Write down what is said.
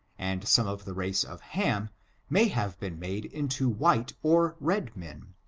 and some of the race of ham may have been made into white or red men,